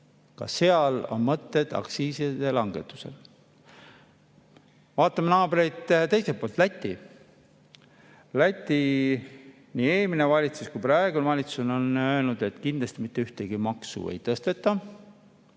Ka seal on mõtted aktsiiside langetuse juures. Vaatame naabreid teiselt poolt, Lätit. Nii eelmine kui ka praegune valitsus on öelnud, et kindlasti mitte ühtegi maksu ei tõsteta.